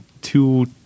two